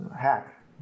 hack